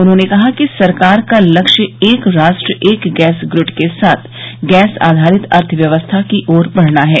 उन्होंने कहा कि सरकार का लक्ष्य एक राष्ट्र एक गैस ग्रिड के साथ गैस आधारित अर्थव्यवस्था की ओर बढ़ना है